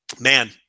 man